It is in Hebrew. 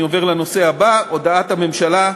אז אני עובר לנושא הבא: הודעת הממשלה,